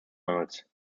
miles